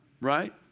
Right